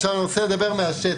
עכשיו, אני רוצה לדבר מהשטח: